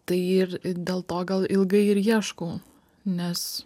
tai ir dėl to gal ilgai ir ieškau nes